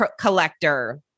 collector